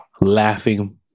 laughing